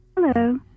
Hello